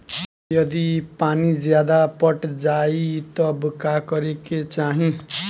यदि पानी ज्यादा पट जायी तब का करे के चाही?